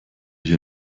hier